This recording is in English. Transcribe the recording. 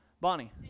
Bonnie